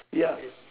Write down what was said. ya